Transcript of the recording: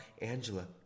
Angela